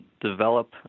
develop